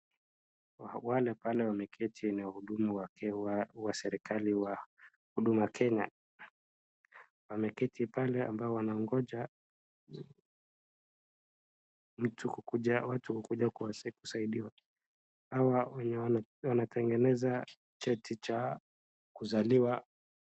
Wale pale wameketi ni wahudumu wa serikali wa Huduma Kenya. Wameketi pale ambao wanangoja, mtu kukuja, watu kukuja kuwasaidia, kusaidiwa. Hawa wenye wana, wanatengenzea cheti cha kuzaliwa...